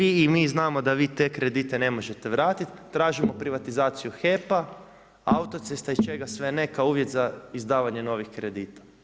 I vi i mi znamo da te kredite ne možete vratiti, tražimo privatizaciju HEP-a, autocesta i čega sve ne kao uvjet za izdavanje novih kredita.